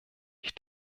ich